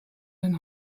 den